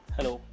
Hello